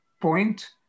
point